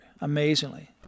amazingly